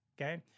Okay